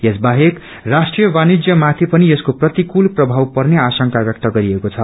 यस बाहेक राष्ट्रीय वाणिज्यमाथि पनि यसको प्रतिकूल प्रभाव पर्ने आशंका व्यक्त गरिएको छ